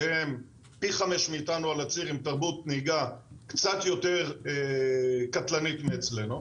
שהם פי חמש מאתנו על הציר עם תרבות נהיגה קצת יותר קטלנית מאצלנו,